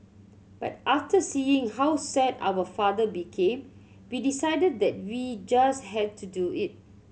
but after seeing how sad our father became we decided that we just had to do it